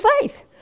faith